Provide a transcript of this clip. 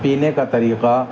پینے کا طریقہ